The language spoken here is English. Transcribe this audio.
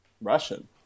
Russian